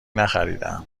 نخریدهام